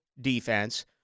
defense